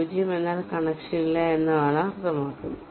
0 എന്നാൽ കണക്ഷൻ ഇല്ല എന്നാണ് അർത്ഥമാക്കുന്നത്